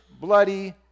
bloody